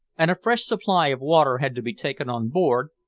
and a fresh supply of water had to be taken on board,